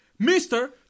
Mr